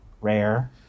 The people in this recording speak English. rare